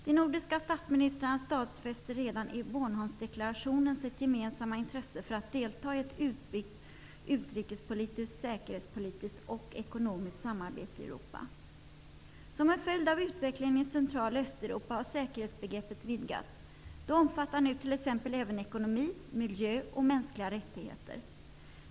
De nordiska statsministrarna stadfäste redan i Bornholmsdeklarationen sitt gemensamma intresse för att delta i ett utbyggt utrikespolitiskt, säkerhetspolitiskt och ekonomiskt samarbete i Som en följd av utvecklingen i Central och Östeuropa har säkerhetsbegreppet vidgats. Det omfattar nu t.ex. även ekonomi, miljö och mänskliga rättigheter.